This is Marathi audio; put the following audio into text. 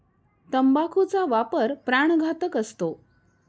तंबाखूचा वापर प्राणघातक असतो